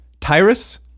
Tyrus